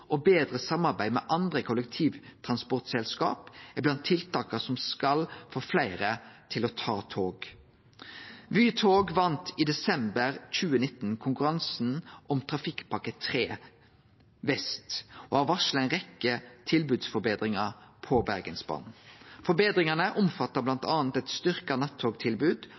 og betre samarbeid med andre kollektivtransportselskap er blant tiltaka som skal få fleire til å ta tog. Vy tog vann i desember 2019 konkurransen om Trafikkpakke 3 Vest og har varsla ei rekkje tilbodsforbetringar på Bergensbanen. Forbetringane omfattar bl.a. eit